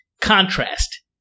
Contrast